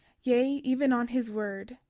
yea, even on his word.